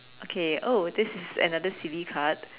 okay oh this is another silly card